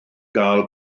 gael